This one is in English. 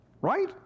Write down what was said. right